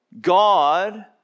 God